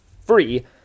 free